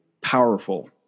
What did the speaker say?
powerful